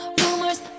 rumors